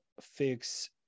fix